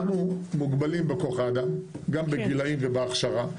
אנחנו מוגבלים בכח האדם גם בגילאים ובהכשרה,